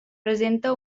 presenta